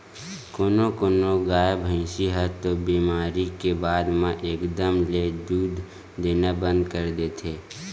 कोनो कोनो गाय, भइसी ह तो बेमारी के बाद म एकदम ले दूद देना बंद कर देथे